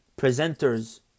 presenters